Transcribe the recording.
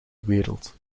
wereld